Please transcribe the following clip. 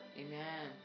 Amen